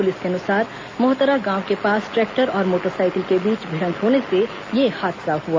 police के अनुसार मोहतरा गांव के पास ट्रैक्टर और मोटरसाइकिल के बीच भिडंत होने से यह हादसा हुआ